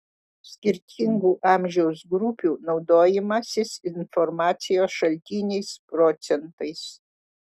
skirtingų amžiaus grupių naudojimasis informacijos šaltiniais procentais